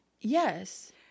yes